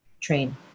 train